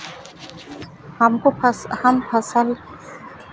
हमको फस हम फसल